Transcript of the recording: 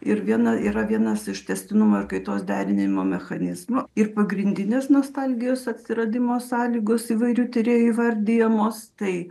ir viena yra vienas iš tęstinumo ir kaitos derinimo mechanizmų ir pagrindinės nostalgijos atsiradimo sąlygos įvairių tyrėjų vardijamos tai